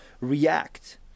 react